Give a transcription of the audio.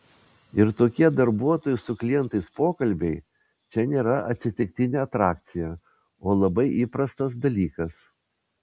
ir tokie darbuotojų su klientais pokalbiai čia nėra atsitiktinė atrakcija o labai įprastas dalykas